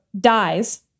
dies